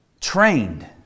Trained